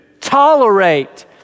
tolerate